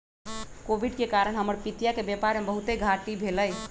Covid के कारण हमर पितिया के व्यापार में बहुते घाट्टी भेलइ